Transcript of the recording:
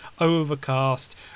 overcast